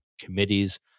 committees